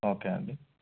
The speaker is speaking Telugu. ఓకే అండి